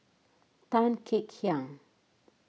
Tan Kek Hiang